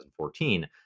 2014